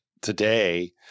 today